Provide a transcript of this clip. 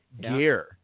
gear